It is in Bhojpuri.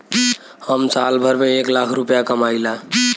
हम साल भर में एक लाख रूपया कमाई ला